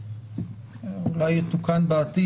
זה אולי יתוקן לעתיד,